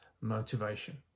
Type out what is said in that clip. motivation